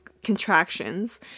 contractions